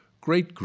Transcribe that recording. great